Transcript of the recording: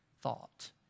thought